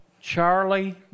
Charlie